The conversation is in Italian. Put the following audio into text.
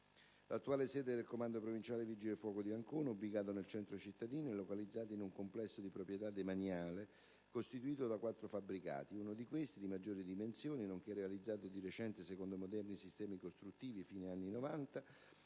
L'attuale sede del comando provinciale dei Vigili del fuoco di Ancona, ubicata nel centro cittadino, è localizzata in un complesso di proprietà demaniale, costituito da quattro fabbricati. Uno di questi, di maggiori dimensioni, nonché realizzato di recente secondo moderni sistemi costruttivi (fine anni '90),